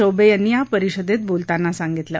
चौबे यांनी या परिषदेत बोलताना सांगितलं